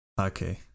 okay